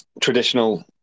traditional